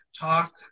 talk